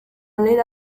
little